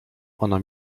ona